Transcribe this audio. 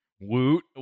Woot